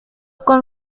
con